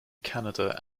canada